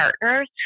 partners